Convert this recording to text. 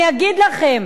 אני אגיד לכם.